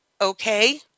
okay